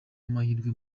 amahirwe